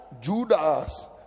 Judas